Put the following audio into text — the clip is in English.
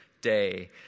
Day